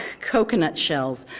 coconut shells,